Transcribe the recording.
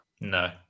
No